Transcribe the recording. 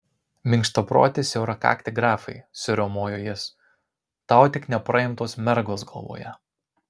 minkštaproti siaurakakti grafai suriaumojo jis tau tik nepraimtos mergos galvoje